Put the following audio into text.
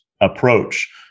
approach